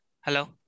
Hello